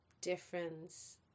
difference